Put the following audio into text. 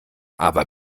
aber